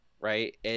right